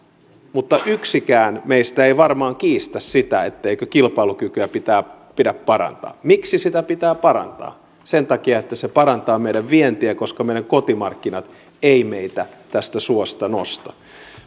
mutta yksikään meistä ei varmaan kiistä sitä etteikö kilpailukykyä pidä parantaa miksi sitä pitää parantaa sen takia että se parantaa meidän vientiä koska meidän kotimarkkinat ei meitä tästä suosta nosta